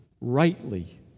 rightly